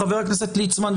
חה"כ ליצמן,